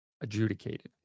adjudicated